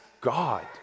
God